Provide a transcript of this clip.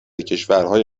کشورهای